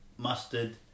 Mustard